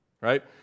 right